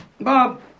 Bob